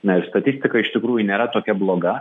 na ir statistika iš tikrųjų nėra tokia bloga